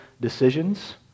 decisions